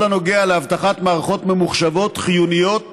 הנוגע לאבטחת מערכות ממוחשבות חיוניות